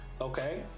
okay